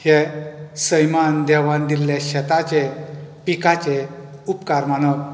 हे सैमान देवान दिल्ले शेताचे पिकाचे उपकार मानप